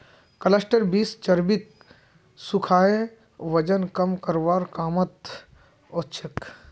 cluster beans चर्बीक सुखाए वजन कम करवार कामत ओसछेक